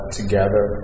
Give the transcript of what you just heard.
together